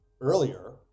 earlier